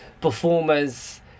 performers